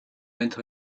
went